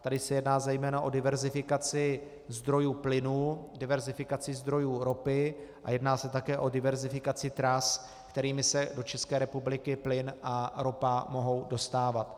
Tady se jedná zejména o diverzifikaci zdrojů plynu, diverzifikaci zdrojů ropy a jedná se také o diverzifikaci tras, kterými se do České republiky plyn a ropa mohou dostávat.